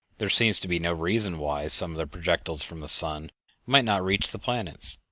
there seems to be no reason why some of the projectiles from the sun might not reach the planets.